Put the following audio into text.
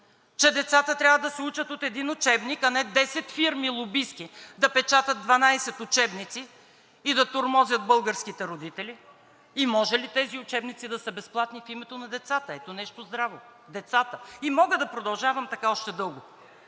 че децата трябва да се учат от един учебник, а не 10 лобистки фирми да печатат 12 учебника и да тормозят българските родители и може ли тези учебници да са безплатни в името на децата? Ето нещо здраво – децата! Мога да продължавам така още дълго.